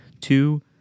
Two